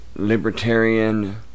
Libertarian